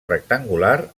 rectangular